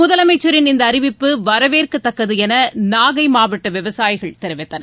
முதலமைச்சரின் இந்த அறிவிப்பு வரவேற்கத்தக்கது என நாகை மாவட்ட விவசாயிகள் தெரிவித்தனர்